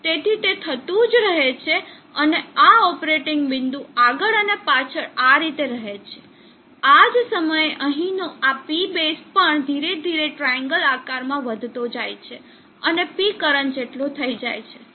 તેથી તે થતું જ રહે છે અને આ ઓપરેટિંગ બિંદુ આગળ અને પાછળ આ રીતે રહે છે આ જ સમયે અહીંનો આ P બેઝ પણ ધીરે ધીરે ટ્રાઈએન્ગલ આકારમાં વધતો જાય છે અને P કરંટ જેટલો થઈ જાય છે